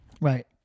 Right